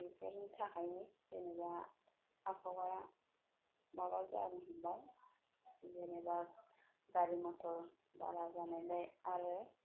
बेफोरनि थाखायनो जेनेबा आबहावाया माबा जानो हमबाय जेनेबा गारि मथर बा भारा जानायलाय आरो